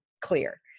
clear